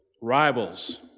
rivals